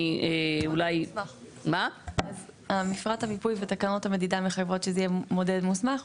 אני אולי --- מפרט המיפוי ותקנות המדידה מחייבות שזה יהיה מודד מוסמך,